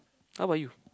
how about you